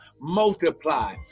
multiply